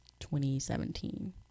2017